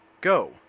Go